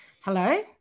Hello